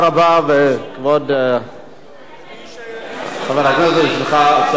כבוד חבר הכנסת, יש לך אפשרות להתנגד.